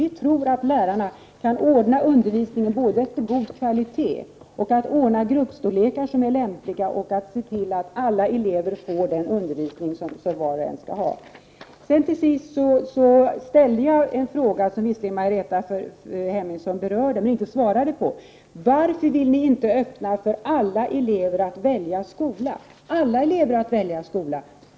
Vi tror att lärarna kan ordna undervisningen så att den får god kvalitet, så att de kan ordna gruppstorlekar som är lämpliga och så att de kan se till att alla elever får den undervisning som var och en skall ha. Till sist ställde jag en fråga som Margareta Hemmingsson visserligen berörde men inte svarade på: Varför vill ni inte öppna för alla elever att välja skola?